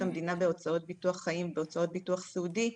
המדינה בהוצאות ביטוח חיים ובהוצאות ביטוח סיעודי,